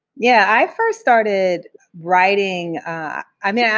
yeah. i first started writing i mean, yeah